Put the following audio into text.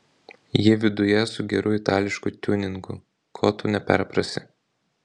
ji viduje su geru itališku tiuningu ko tu neperprasi